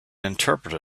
interpret